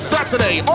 Saturday